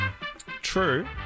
True